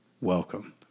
Welcome